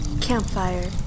Campfire